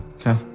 Okay